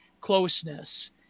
closeness